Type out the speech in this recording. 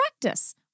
practice